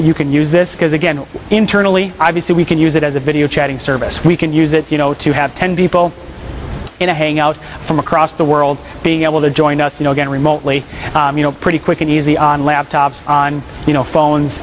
that you can use this because again internally obviously we can use it as a video chatting service we can use it you know to have ten people in a hangout from across the world being able to join us you know get remotely you know pretty quick and easy on laptops on you know